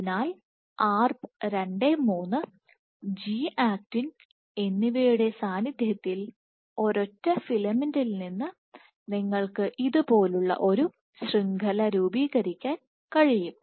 അതിനാൽ Arp 23 G actin എന്നിവയുടെ സാന്നിധ്യത്തിൽ ഒരൊറ്റ ഫിലമെന്റിൽ നിന്ന് നിങ്ങൾക്ക് ഇതുപോലുള്ള ഒരു ശൃംഖല രൂപീകരിക്കാൻ കഴിയും